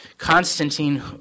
Constantine